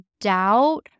doubt